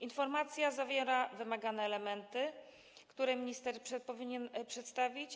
Informacja zawiera wymagane elementy, które minister powinien przedstawić.